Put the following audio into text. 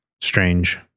Strange